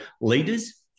leaders